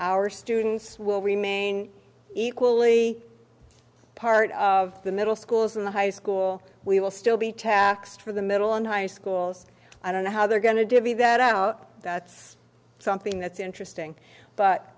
our students will remain equally part of the middle schools in the high school we will still be taxed for the middle and high schools i don't know how they're going to divvy that out that's something that's interesting but